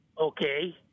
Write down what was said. Okay